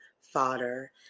fodder